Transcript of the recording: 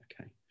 okay